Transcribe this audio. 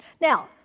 Now